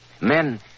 Men